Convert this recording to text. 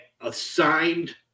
assigned